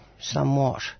somewhat